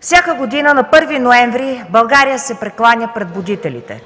Всяка година на 1 ноември България се прекланя пред Будителите.